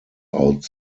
out